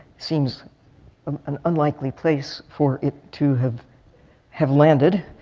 seems um an unlikely place for it to have have landed,